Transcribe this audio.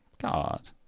god